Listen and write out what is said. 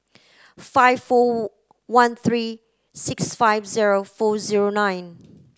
five four one three six five zero four zero nine